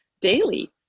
daily